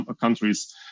countries